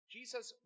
Jesus